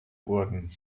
wurden